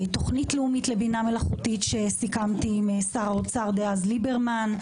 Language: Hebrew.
תוכנית לאומית לבינה מלאכותית שסיכמתי עם שר האוצר דאז ליברמן,